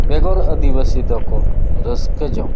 ᱵᱮᱜᱚᱨ ᱟᱹᱫᱤᱵᱟᱹᱥᱤ ᱫᱚᱠᱚ ᱨᱟᱹᱥᱠᱟᱹ ᱡᱚᱝ ᱠᱟᱱᱟ